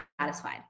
satisfied